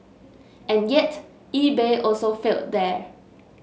and yet eBay also failed there